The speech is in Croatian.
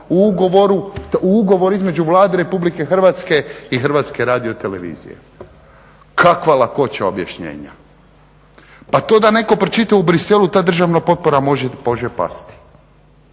u ugovoru između Vlade RH i Hrvatske radiotelevizije. Kakva lakoća objašnjenja! Pa to da netko pročita u Bruxellesu ta državna potpora može pasti.